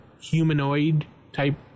humanoid-type